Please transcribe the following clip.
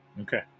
Okay